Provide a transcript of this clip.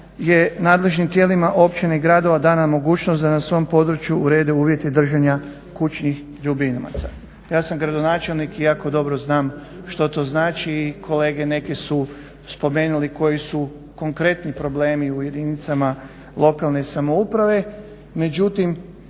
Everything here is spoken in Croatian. je nadležnim tijelima općina i gradova dana mogućnost da na svom području urede uvjete držanja kućnih ljubimaca. Ja sam gradonačelnik i dobro znam što to znači. I kolege neke su spomenuli koji su konkretni problemi u jedinicama lokalne samouprave. Međutim